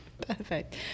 Perfect